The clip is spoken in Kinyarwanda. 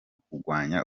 kugwanya